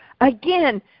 again